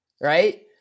right